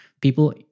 people